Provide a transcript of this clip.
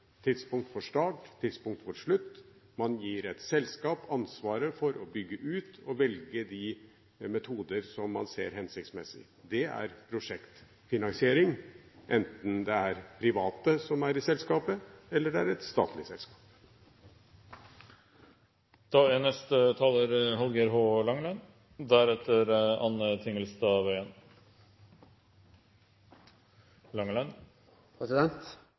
tidspunkt for start, tidspunkt for slutt, og man gir et selskap ansvaret for å bygge ut og velge de metodene man ser er hensiktsmessig. Det er prosjektfinansiering – enten det er private som eier selskapet, eller det er et statlig